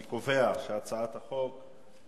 אני קובע שהצעת החוק עברה,